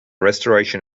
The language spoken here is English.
restoration